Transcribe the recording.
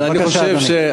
בבקשה, אדוני.